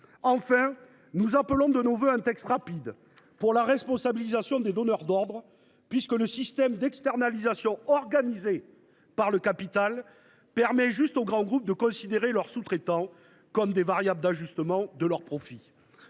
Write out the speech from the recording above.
Enfin, nous appelons de nos vœux l’adoption d’un texte rapidement afin de responsabiliser les donneurs d’ordre, car le système d’externalisation organisé par le capital permet aux grands groupes de considérer leurs sous traitants comme des variables d’ajustement de leurs profits.